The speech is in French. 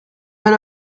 bel